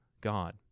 God